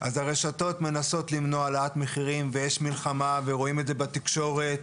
אז הרשתות מנסות למנוע העלאת מחירים ויש מלחמה ורואים את זה בתקשורת.